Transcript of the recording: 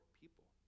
people